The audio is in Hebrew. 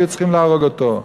היו צריכים להרוג אותו.